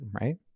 right